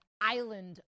island